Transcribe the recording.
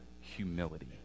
humility